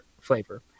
flavor